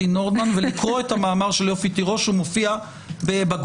נורדמן ולקרוא את המאמר של יופי תירוש שמופיע בגוגל.